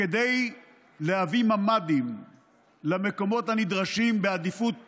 כדי להביא ממ"דים למקומות הנדרשים בעדיפות עליונה,